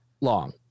long